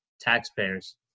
taxpayers